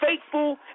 faithful